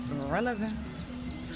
relevance